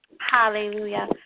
hallelujah